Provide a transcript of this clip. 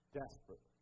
desperate